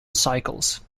cycles